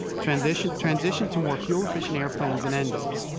transition transition to more fuel efficient airplanes and engines,